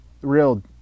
real